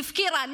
הפקירה.